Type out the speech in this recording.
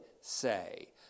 say